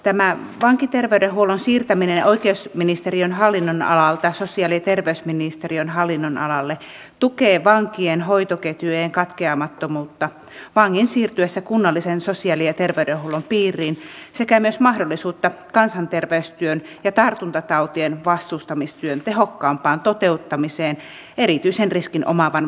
tämä vankiterveydenhuollon siirtäminen oikeusministeriön hallinnonalalta sosiaali ja terveysministeriön hallinnonalalle tukee vankien hoitoketjujen katkeamattomuutta vangin siirtyessä kunnallisen sosiaali ja terveydenhuollon piiriin sekä myös mahdollisuutta kansanterveystyön ja tartuntatautien vastustamistyön tehokkaampaan toteuttamiseen erityisen riskin omaavan väestönosan kohdalla